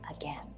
again